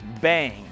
bang